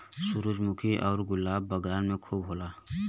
सूरजमुखी आउर गुलाब बगान में खूब होला